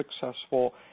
successful